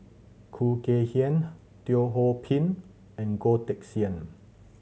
Khoo Kay Hian Teo Ho Pin and Goh Teck Sian